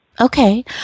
Okay